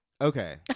Okay